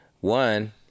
one